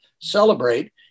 celebrate